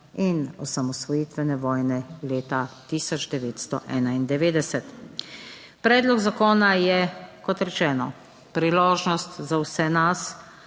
in osamosvojitvene vojne leta 1991. Predlog zakona je, kot rečeno, priložnost za vse nas,